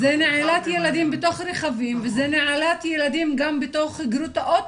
זה נעילת ילדים בתוך רכבים וזה נעילת ילדים גם בתוך גרוטאות,